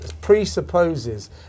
presupposes